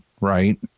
right